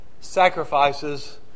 sacrifices